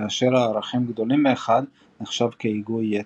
וכאשר הערכים גדולים מאחד נחשב כהיגוי יתר.